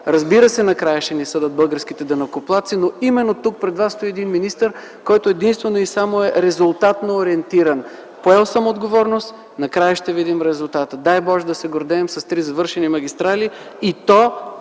Разбира се, накрая ще ни съдят българските данъкоплатци, но именно тук пред вас стои един министър, който единствено и само е резултатно ориентиран – поел съм отговорност, накрая ще видим резултата. Дай Боже да се гордеем с три завършени магистрали, и то